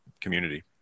community